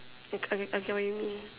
I I get what you mean